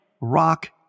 rock